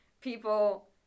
people